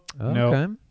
Okay